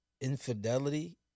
infidelity